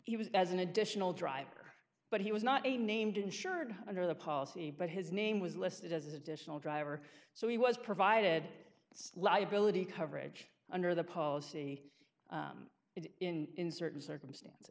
he was as an additional driver but he was not a named insured under the policy but his name was listed as additional driver so he was provided liability coverage under the policy in certain circumstances